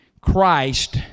Christ